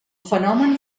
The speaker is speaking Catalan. fenomen